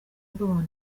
bw’abantu